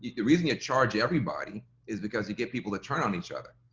the reason you charge everybody is because you get people to turn on each other.